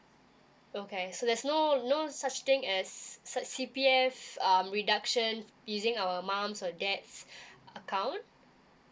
okay so there's no no such thing as such C_P_F um reduction using our mum or dad's account